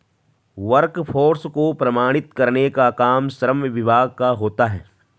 workforce को प्रमाणित करने का काम श्रम विभाग का होता है